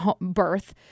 birth